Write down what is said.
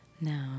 Now